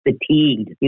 fatigued